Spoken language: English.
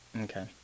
Okay